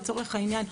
לצורך העניין,